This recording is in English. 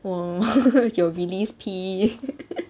!wah! your beliefs P